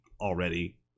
already